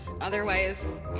otherwise